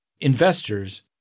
Investors